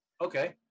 okay